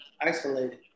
isolated